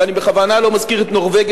ואני בכוונה לא מזכיר את נורבגיה,